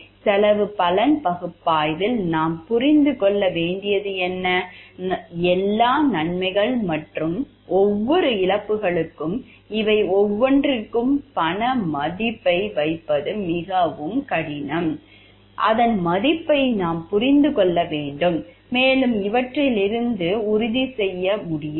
எனவே செலவு பலன் பகுப்பாய்வில் நாம் புரிந்து கொள்ள வேண்டியது என்ன எல்லா நன்மைகள் அல்லது ஒவ்வொரு இழப்புகளுக்கும் இவை ஒவ்வொன்றிற்கும் பண மதிப்பை வைப்பது மிகவும் கடினம் அதன் மதிப்பை நாம் புரிந்து கொள்ள வேண்டும் மேலும் இவற்றிலிருந்து உறுதி செய்ய முடியாது